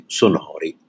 sonori